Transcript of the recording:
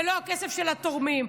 ולא לכסף של התורמים.